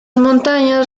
montañas